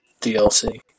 DLC